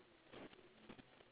anybody inside your store